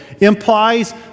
implies